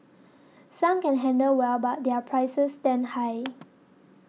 some can handle well but their prices stand high